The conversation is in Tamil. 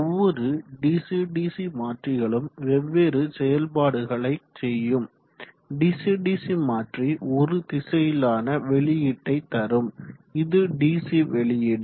ஒவ்வோரு டிசி டிசி மாற்றிகளும் வெவ்வேறு செயல்பாடுகளை செய்யும் டிசி டிசி மாற்றி ஒருதிசையிலான வெளியீட்டை தரும் இது டிசி வெளியீடு